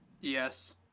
Yes